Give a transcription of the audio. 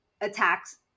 attacks